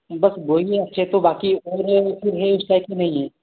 बस वह ही है अच्छे तो बाकी और है फिर है उस टाइप में नहीं हैं